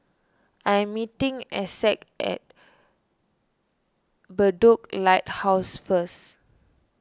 I am meeting Essex at Bedok Lighthouse first